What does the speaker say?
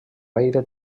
gaire